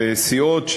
וסיעות,